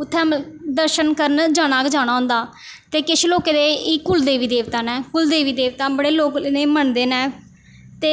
उत्थें मतल दर्शन करन जाना गै जाना होंदा ते किश लोकें दे एह् कुल देवी देवता न देवी देवता बड़े लोग इ'नेंगी मन्नदे न ते